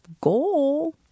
go